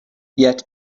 yet